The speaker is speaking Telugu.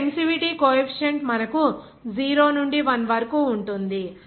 ఇప్పుడు ఎమిసివిటీ కోఎఫీసియంట్ మనకు 0 నుండి 1 వరకు ఉంటుంది